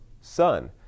sun